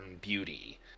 beauty